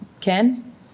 ken